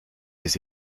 des